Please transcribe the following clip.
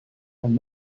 and